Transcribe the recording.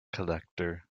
collector